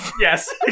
yes